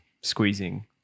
Squeezing